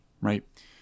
right